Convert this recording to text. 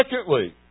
secondly